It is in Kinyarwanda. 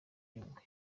nyungwe